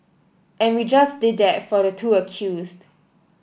and we just did that for the two accused